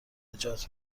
نجات